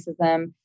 racism